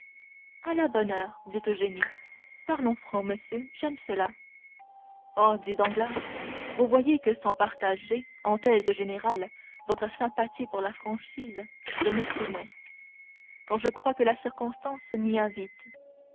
à la bonne heure dit eugénie parlons franc monsieur j'aime cela oh dit danglars vous voyez que sans partager en thèse générale votre sympathie pour la franchise je m'y soumets quand je crois que la circonstance m'y invite